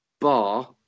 bar